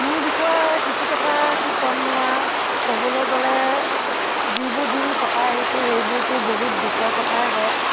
মোৰ বিষয়ে কিছু কথা কি ক'মনো আৰু ক'বলৈ গ'লে যিবোৰ দিন কটাই আহিছোঁ সেইবোৰতো বহুত দুখৰ কথাই হয়